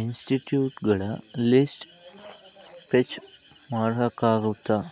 ಇನ್ಸ್ಟಿಟ್ಯೂಟ್ಗಳ list fetch ಮಾಡೋಕ್ಕಾಗುತ್ತಾ